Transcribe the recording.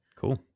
cool